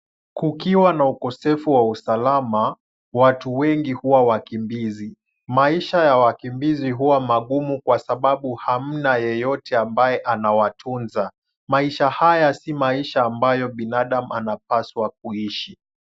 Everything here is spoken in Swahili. Kukiwa na ukosefu wa usalama watu wengi huwa wakimbizi. Maisha ya wakimbizi huwa magumu kwa sababu hamna yeyote ambaye anawatunza. Maisha haya si maisha ambayo binadamu anapaswa kuishi.